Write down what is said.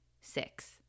six